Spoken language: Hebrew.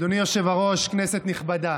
אדוני היושב-ראש, כנסת נכבדה,